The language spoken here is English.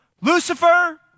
Lucifer